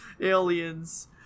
Aliens